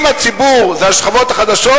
אם הציבור זה השכבות החלשות,